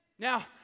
Now